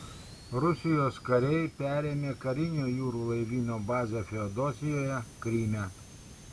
rusijos kariai perėmė karinio jūrų laivyno bazę feodosijoje kryme